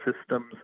systems